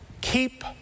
keep